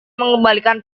mengembalikan